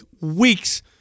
weeks